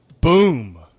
Boom